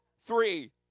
three